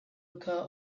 occur